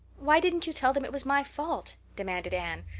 why didn't you tell them it was my fault? demanded anne.